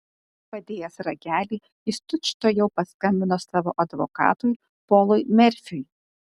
padėjęs ragelį jis tučtuojau paskambino savo advokatui polui merfiui